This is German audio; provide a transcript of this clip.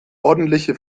ordentliche